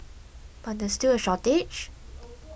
but there is still a shortage